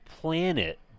planet